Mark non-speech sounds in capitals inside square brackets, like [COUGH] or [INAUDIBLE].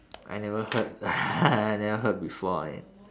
I never heard [LAUGHS] I never heard before eh